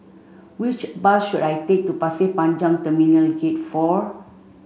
which bus should I take to Pasir Panjang Terminal Gate Four